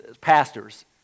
pastors